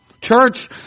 Church